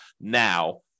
now